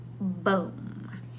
boom